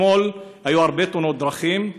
אתמול היו הרבה תאונות דרכים,